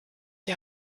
die